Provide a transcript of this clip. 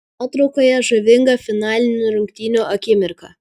nuotraukoje žavinga finalinių rungtynių akimirka